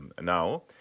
now